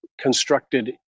constructed